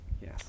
Yes